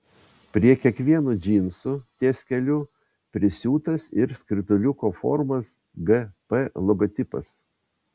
prie kiekvienų džinsų ties keliu prisiūtas ir skrituliuko formos gp logotipas